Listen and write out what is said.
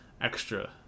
extra